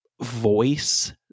voice